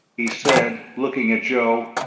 he said, looking at joe,